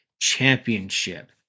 championship